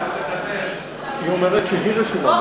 היא אומרת שהיא רשומה.